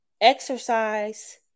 exercise